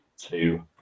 two